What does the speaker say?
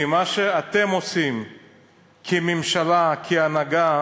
כי מה שאתם עושים כממשלה, כהנהגה,